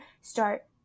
start